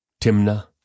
Timna